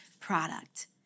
product